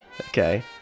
okay